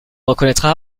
reconnaîtra